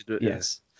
yes